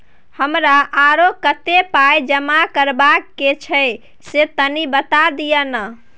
हमरा आरो कत्ते पाई जमा करबा के छै से तनी बता दिय न?